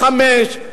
חמש,